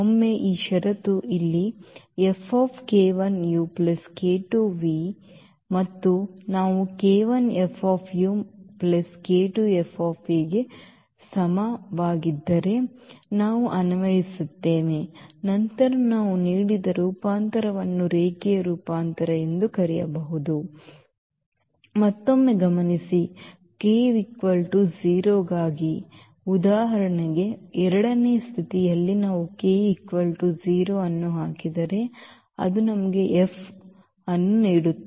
ಒಮ್ಮೆ ಈ ಷರತ್ತು ಇಲ್ಲಿ ಮತ್ತು ನಾವು ಗೆ ಸಮವಾಗಿದ್ದರೆ ನಾವು ಅನ್ವಯಿಸುತ್ತೇವೆ ನಂತರ ನಾವು ನೀಡಿದ ರೂಪಾಂತರವನ್ನು ರೇಖೀಯ ರೂಪಾಂತರ ಎಂದು ಕರೆಯಬಹುದು ಮತ್ತೊಮ್ಮೆ ಗಮನಿಸಿ ಗಾಗಿ ಉದಾಹರಣೆಗೆ ಎರಡನೇ ಸ್ಥಿತಿಯಲ್ಲಿ ನಾವು ಅನ್ನು ಹಾಕಿದರೆ ಅದು ನಮಗೆ F ಅನ್ನು ನೀಡುತ್ತದೆ